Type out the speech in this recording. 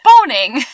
boning